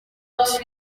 ati